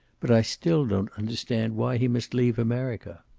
but i still don't understand why he must leave america.